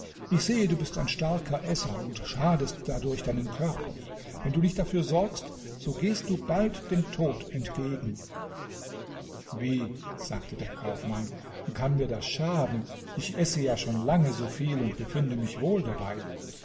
ich sehe du bist ein starker esser und schadest dadurch deinem körper wenn du nicht dafür sorgst so gehst du bald dem tod entgegen wie sagte der kaufmann kann mir das schaden ich esse ja schon lange so viel und befinde mich wohl dabei